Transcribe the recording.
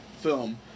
film